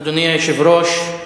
אדוני היושב-ראש,